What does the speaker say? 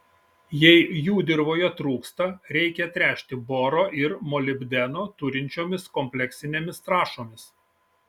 jei jų dirvoje trūksta reikia tręšti boro ir molibdeno turinčiomis kompleksinėmis trąšomis